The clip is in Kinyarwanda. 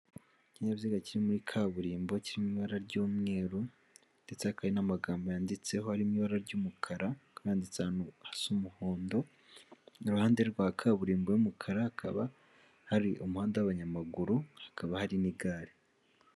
Ikinyabiziga kiri muri kaburimbo kiri mu ibara ry'umweru, ndetse hakaba n'amagambo yanditseho ari mu ibara ry'umukara, akaba yanditse ahantu hasa umuhondo, iruhande rwa kaburimbo y'umukara hakaba hari umuhanda w'abanyamaguru, hakaba hari n'igare.